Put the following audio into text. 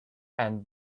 and